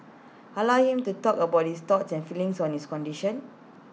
allow him to talk about his thoughts and feelings on his condition